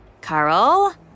Carl